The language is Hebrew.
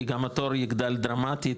כי גם התור יגדל דרמטית,